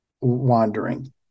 wandering